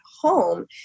home